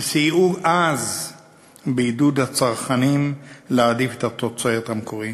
וסייעו אז בעידוד הצרכנים להעדיף את התוצרת המקורית.